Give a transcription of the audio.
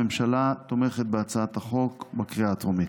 הממשלה תומכת בהצעת החוק בקריאה הטרומית.